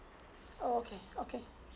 okay okay